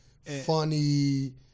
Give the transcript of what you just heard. funny